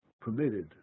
permitted